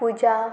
पुजा